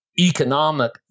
economic